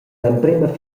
l’emprema